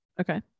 Okay